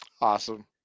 Awesome